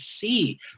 see